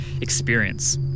experience